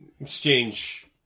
exchange